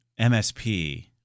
MSP